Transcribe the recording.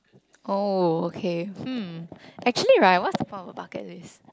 oh okay hmm actually right what's the problem about bucket list